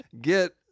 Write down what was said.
Get